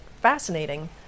fascinating